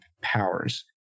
powers